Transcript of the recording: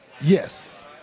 Yes